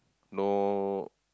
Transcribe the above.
no